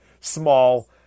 small